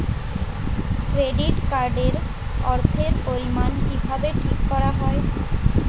Credit card এর অর্থের পরিমান কিভাবে ঠিক করা হয়?